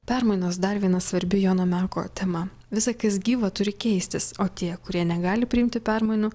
permainos dar viena svarbi jono meko tema visa kas gyva turi keistis o tie kurie negali priimti permainų